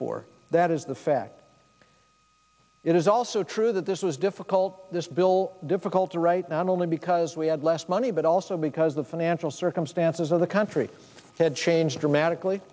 for that is the fact it is also true that this was difficult this bill difficult to write not only because we had less money but also because the financial circumstances of the country had changed dramatically